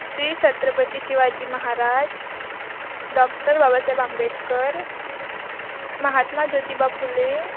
Shri Chhatrapati Shivaji Maharaj doctor Babasaheb Ambedkar Mahatma Jyotiba Phule